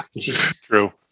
True